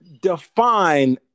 define